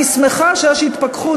אני שמחה שיש התפכחות,